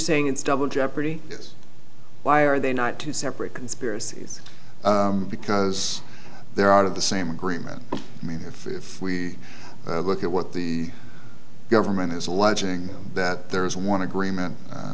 saying it's double jeopardy why are they not two separate conspiracies because they're out of the same agreement i mean if we look at what the government is alleging that there is one agreement